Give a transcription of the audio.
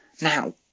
Now